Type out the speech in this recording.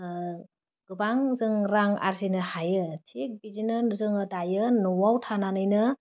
ओह गोबां जों रां आरजिनो हायो थिग बिदिनो जोङो दायो नआव थानानैनो